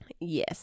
Yes